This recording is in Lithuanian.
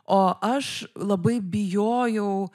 o aš labai bijojau